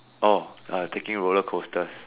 orh taking roller coasters